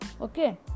Okay